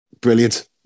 Brilliant